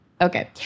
Okay